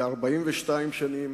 ו-42 שנים